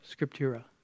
scriptura